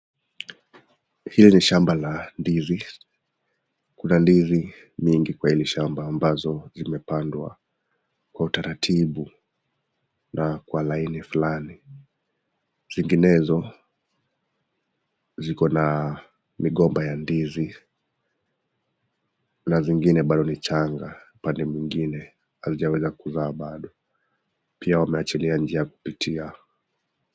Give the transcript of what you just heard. Hili ni shamba la ndizi kuna ndizi nyingi kwa hili shamba ambazo zimepandwa kwa utaratibu na kwa laini fulani nyinginezo ziko na migomba ya ndizi na zingine bado ni changa upende mwingine haujaweza kuzaa bado pia wameacha njia ya kupitia